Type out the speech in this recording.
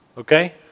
Okay